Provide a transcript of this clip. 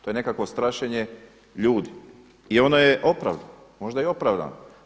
To je nekakvo strašenje ljudi i ono je opravdano, možda i opravdano.